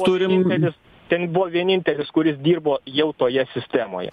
turim ten buvo vienintelis kuris dirbo jau toje sistemoje